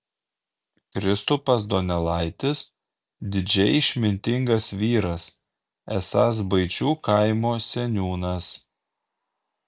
kristupas donelaitis didžiai išmintingas vyras esąs baičių kaimo seniūnas